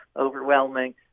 overwhelming